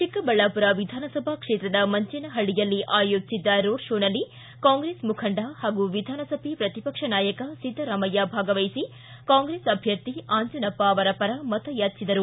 ಚಿಕ್ಕಬಳ್ಳಾಪುರ ವಿಧಾನಸಭಾ ಕ್ಷೇತ್ರದ ಮಂಚೇನಹಳ್ಳಯಲ್ಲಿ ಆಯೋಜಿಸಿದ್ದ ರೋಡ್ ಶೋನಲ್ಲಿ ಕಾಂಗ್ರೆಸ್ ಮುಖಂಡ ಹಾಗೂ ವಿಧಾನಸಭೆ ಪ್ರತಿಪಕ್ಷ ನಾಯಕ ಸಿದ್ದರಾಮಯ್ಯ ಭಾಗವಹಿಸಿ ಕಾಂಗ್ರೆಸ್ ಅಭ್ವರ್ಥಿ ಅಂಜನಪ್ಪ ಅವರ ಪರ ಮತ ಯಾಚಿಸಿದರು